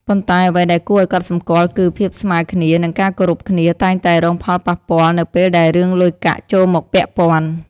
ប៉ុន្តែ អ្វីដែលគួរឲ្យកត់សម្គាល់គឺ ភាពស្មើគ្នា និងការគោរពគ្នាតែងតែរងផលប៉ះពាល់ នៅពេលដែលរឿងលុយកាក់ចូលមកពាក់ព័ន្ធ។